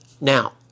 Now